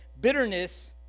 bitterness